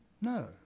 No